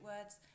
words